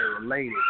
related